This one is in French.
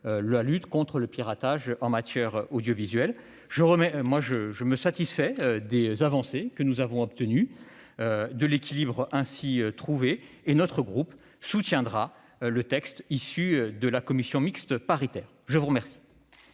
la lutte contre le piratage en matière audiovisuelle. Je me satisfais des avancées que nous avons obtenues et de l'équilibre ainsi trouvé, et notre groupe soutiendra le texte issu de la commission mixte paritaire. La parole